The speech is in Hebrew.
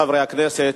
חברי הכנסת,